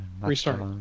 restart